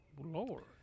lord